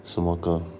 什么歌